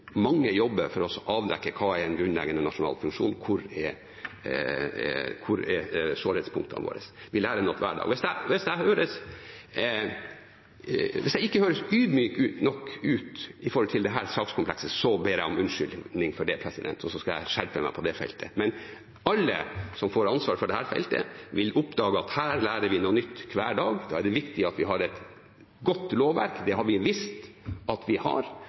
Mange jobber for å avdekke hva som er en grunnleggende nasjonal funksjon, hvor sårhetspunktene våre er. Vi lærer noe hver dag. Hvis jeg ikke høres ydmyk nok ut i dette sakskomplekset, ber jeg om unnskyldning for det, og så skal jeg skjerpe meg på det feltet. Men alle som får ansvar for dette feltet, vil oppdage at her lærer vi noe nytt hver dag. Da er det viktig at vi har et godt lovverk. Det har vi vist at vi har,